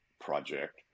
project